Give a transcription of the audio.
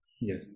Yes